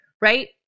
right